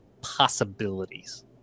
possibilities